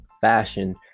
fashion